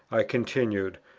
i continued,